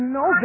no